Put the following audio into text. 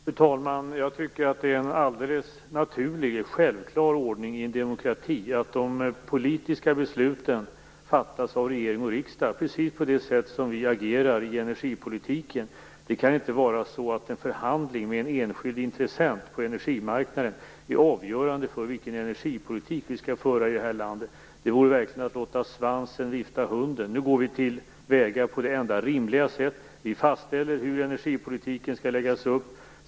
Fru talman! Jag tycker att det är en alldeles naturlig och självklar ordning i en demokrati att de politiska besluten fattas av regering och riksdag, precis på det sätt som vi agerar i energipolitiken. Det kan inte vara så att en förhandling med en enskild intressent på energimarknaden är avgörande för vilken energipolitik vi skall föra i det här landet. Det vore verkligen att låta svansen vifta hunden. Nu går vi till väga på det enda rimliga sätt. Vi fastställer hur energipolitiken skall läggas upp.